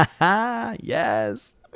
Yes